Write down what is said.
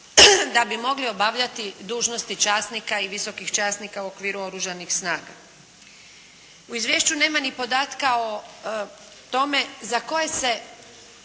da bi mogli obavljati dužnosti časnika i visokih časnika u okviru Oružanih snaga. U izvješću nema ni podatka o tome za koje se,